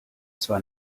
zwar